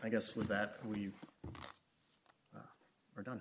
i guess with that when you are done